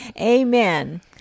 Amen